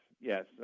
yes